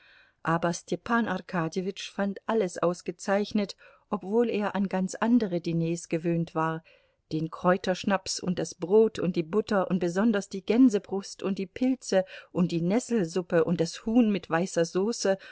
aber stepan arkadjewitsch fand alles ausgezeichnet obwohl er an ganz andere diners gewöhnt war den kräuterschnaps und das brot und die butter und besonders die gänsebrust und die pilze und die nesselsuppe und das huhn mit weißer sauce